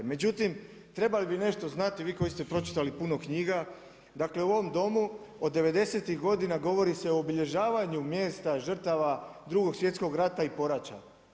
Međutim, trebali bi nešto znati, vi koji ste pročitali puno knjiga, dakle u ovom Domu od devedesetih godina govori se o obilježavanju mjesta žrtava Drugog svjetskog rata i poraća.